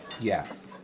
Yes